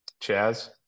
Chaz